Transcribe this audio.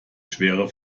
schwere